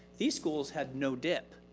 these schools had no dip.